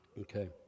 Okay